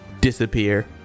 disappear